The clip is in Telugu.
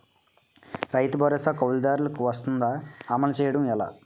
రైతు భరోసా కవులుదారులకు వర్తిస్తుందా? అమలు చేయడం ఎలా